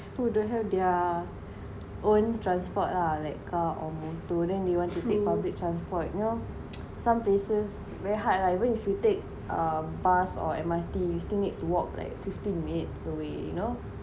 who don't have their own transport lah like car or motor then they wanted to take public transport you know some places very hard lah even if you take a bus or M_R_T you still need to walk like fifteen minutes away you know